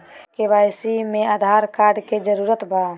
KYC में Aadhaar card के जरूरत बा?